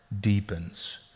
deepens